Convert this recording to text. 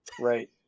right